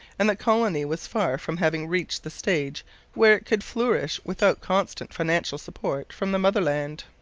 and the colony was far from having reached the stage where it could flourish without constant financial support from the motherland.